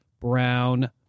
brown